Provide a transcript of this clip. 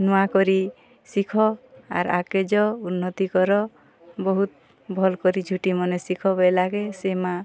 ନୂଆ କରି ଶିଖ ଆର୍ ଆଗକେ ଯାଓ ଉନ୍ନତି କର ବହୁତ୍ ଭଲ୍ କରି ଝୁଟି ମାନେ ଶିଖ ବଇଲା କେ ସେ ମାଆ